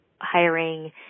hiring